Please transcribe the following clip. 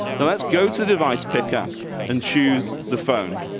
let's go to device picker and choose the phone